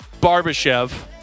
Barbashev